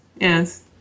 yes